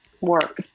work